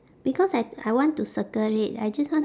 because I I want to circle it I just want